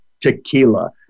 tequila